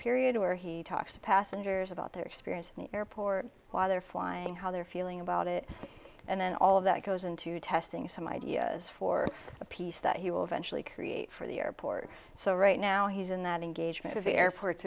period where he talks to passengers about their experience in the airport while they're flying how they're feeling about it and then all of that goes into testing some ideas for a piece that he will eventually create for the airport so right now he's in that engagement of the airports